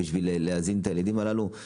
רק בואו נסיים את הכנסת הזאת בעזרת